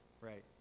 Right